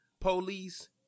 police